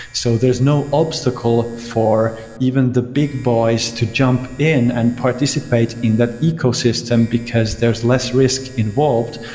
so there's no obstacle for even the big boys to jump in and participate in that ecosystem, because there's less risk involved.